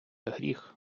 гріх